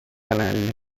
anelli